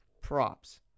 props